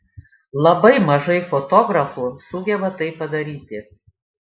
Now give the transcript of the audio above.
labai mažai fotografų sugeba tai padaryti